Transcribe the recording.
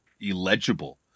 illegible